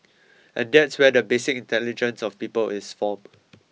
and that's where the basic intelligence of people is formed